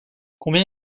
combien